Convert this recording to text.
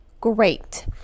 great